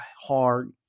hard